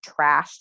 trashed